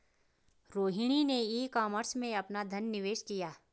रोहिणी ने e commerce में अपना धन निवेश किया